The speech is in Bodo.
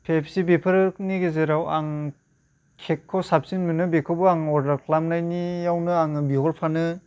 केएपसि बेफोरनि गेजेराव आं केकखौ साबसिन मोनो बेखौबो आं अर्डार खालामनायनियावनो आङो बिहरफानो